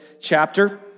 chapter